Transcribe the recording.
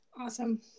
Awesome